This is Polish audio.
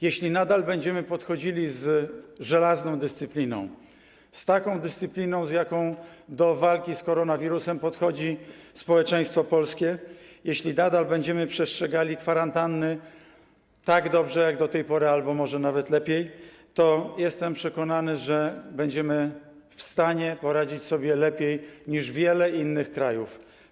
Jeśli nadal będziemy podchodzili z żelazną dyscypliną, z taką dyscypliną, z jaką do walki z koronawirusem podchodzi społeczeństwo polskie, jeśli nadal będziemy przestrzegali kwarantanny tak dobrze jak do tej pory albo może nawet lepiej, to - jestem o tym przekonany - będziemy w stanie poradzić sobie z pandemią koronawirusa o lepiej niż wiele innych krajów.